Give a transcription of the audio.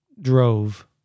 drove